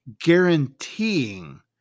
Guaranteeing